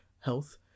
health